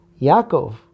Yaakov